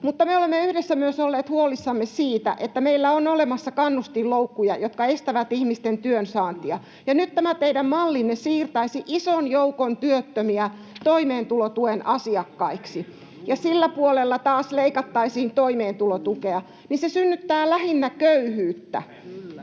Mutta me olemme yhdessä myös olleet huolissamme siitä, että meillä on olemassa kannustinloukkuja, jotka estävät ihmisten työnsaantia, ja nyt tämä teidän mallinne siirtäisi ison joukon työttömiä toimeentulotuen asiakkaiksi, ja sillä puolella taas leikattaisiin toimeentulotukea. Se synnyttää lähinnä köyhyyttä. Itse